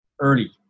early